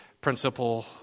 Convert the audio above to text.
principle